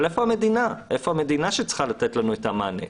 אבל איפה המדינה שצריכה לתת לנו את המענה?